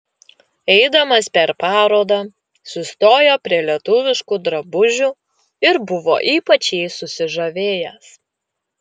eidamas per parodą sustojo prie lietuviškų drabužių ir buvo ypač jais susižavėjęs